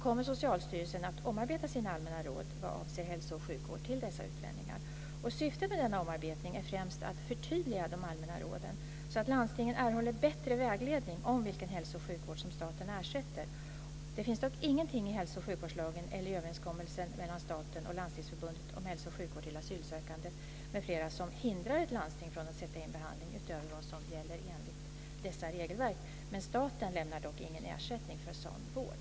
kommer Socialstyrelsen att omarbeta sina Allmänna råd vad avser hälso och sjukvård till dessa utlänningar. Syftet med denna omarbetning är främst att förtydliga de allmänna råden så att landstingen erhåller bättre vägledning om vilken hälso och sjukvård som staten ersätter. Det finns dock ingenting i hälso och sjukvårdslagen eller i överenskommelsen mellan staten och Landstingsförbundet om hälso och sjukvård till asylsökande m.fl. som hindrar ett landsting från att sätta in behandling utöver vad som gäller enligt dessa regelverk. Staten lämnar dock ingen ersättning för sådan vård.